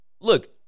Look